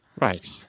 Right